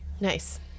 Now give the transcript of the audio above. Nice